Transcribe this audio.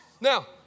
Now